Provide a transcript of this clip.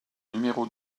numéro